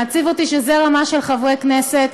מעציב אותי שזו הרמה של חברי כנסת.